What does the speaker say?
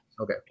Okay